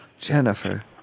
Jennifer